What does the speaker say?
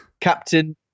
Captain